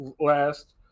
last